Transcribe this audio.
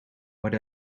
what